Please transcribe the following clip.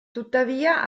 tuttavia